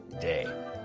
day